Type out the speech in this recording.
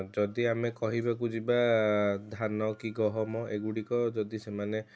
ଯଦି ଆମେ କହିବାକୁ ଯିବା ଧାନ କି ଗହମ ଏଗୁଡ଼ିକ ଯଦି ସେମାନେ